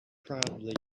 proudly